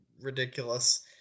ridiculous